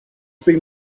been